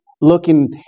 looking